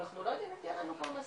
ואנחנו לא יודעים אם תהיה לנו פרנסה,